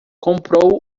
comprou